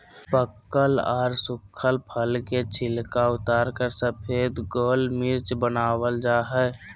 पकल आर सुखल फल के छिलका उतारकर सफेद गोल मिर्च वनावल जा हई